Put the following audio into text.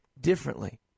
differently